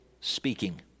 speaking